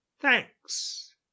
Thanks